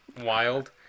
wild